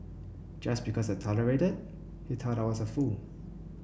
just because I tolerated he thought I was a fool